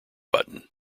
button